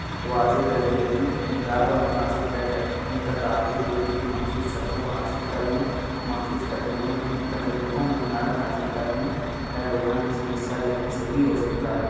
واضح تربیتی اہداف اور مقاصد طے کریں ان کا تعلق بیلٹ کی مخصوص سطحوں کو حاصل کرنے مخصوص تکنیکوں میں مہارت حاصل کرنے یا ٹورنامنٹس میں حصہ لینے سے بھی ہو سکتا ہے